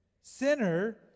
Sinner